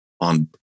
on